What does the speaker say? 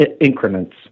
increments